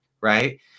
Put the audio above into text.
Right